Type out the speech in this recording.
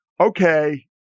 okay